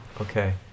okay